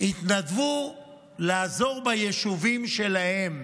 יתנדבו לעזור ביישובים שלהם,